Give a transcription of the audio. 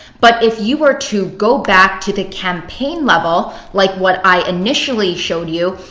but if you were to go back to the campaign level, like what i initially showed you,